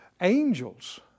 Angels